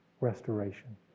restoration